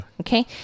Okay